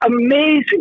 amazing